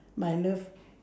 but I love